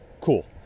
Cool